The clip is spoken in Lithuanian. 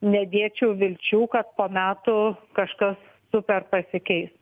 nedėčiau vilčių kad po metų kažkas super pasikeis